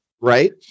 Right